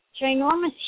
ginormous